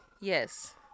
Yes